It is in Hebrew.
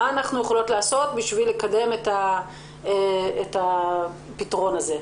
מה אנחנו יכולים לעשות בשביל לקדם את הפתרון הזה?